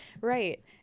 right